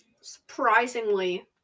Surprisingly